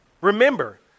Remember